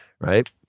Right